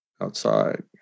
outside